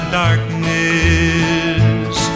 darkness